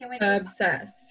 Obsessed